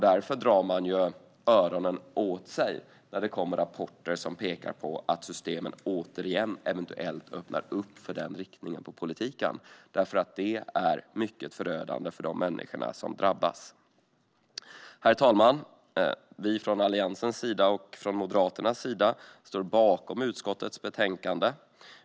Därför drar man öronen åt sig när det kommer rapporter som pekar på att systemen återigen eventuellt öppnar upp för den riktningen på politiken. Det vore nämligen förödande för de människor som drabbas. Herr talman! Vi från Alliansens sida, och från Moderaternas sida, står bakom förslagen i utskottets betänkande.